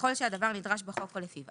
ככל שהדבר נדרש בחוק או לפיו.